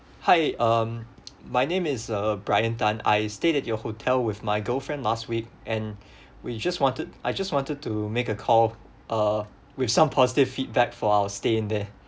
hi um my name is uh brian tan I stayed at your hotel with my girlfriend last week and we just wanted I just wanted to make a call uh with some positive feedback for our stay in there